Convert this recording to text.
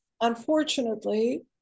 unfortunately